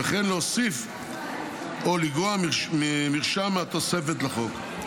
וכן להוסיף או לגרוע מרשם מהתוספת לחוק.